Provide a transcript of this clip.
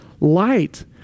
light